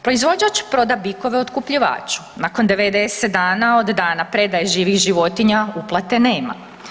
Proizvođač proda bikove otkupljivaču, nakon 90 dana od dana predaje živih životinja, uplate nema.